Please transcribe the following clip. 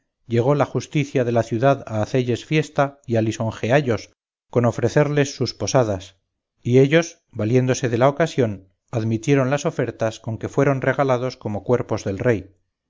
llegó la justicia de la ciudad a hacelles fiesta y a lisonjeallos con ofrecerles sus posadas y ellos valiéndose de la ocasión admitieron las ofertas con que fueron regalados como cuerpos de rey